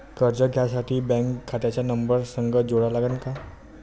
कर्ज घ्यासाठी बँक खात्याचा नंबर संग जोडा लागन का?